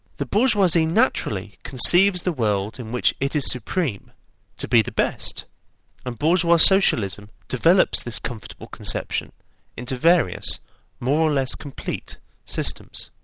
the bourgeoisie naturally conceives the world in which it is supreme to be the best and bourgeois socialism develops this comfortable conception into various more or less complete systems.